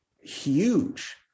huge